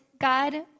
god